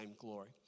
glory